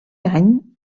any